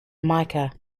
mica